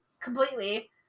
completely